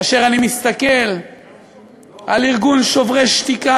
כאשר אני מסתכל על ארגון "שוברים שתיקה",